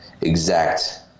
exact